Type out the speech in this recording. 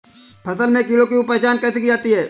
फसल में कीड़ों की पहचान कैसे की जाती है?